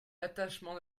l’attachement